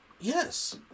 Yes